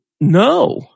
No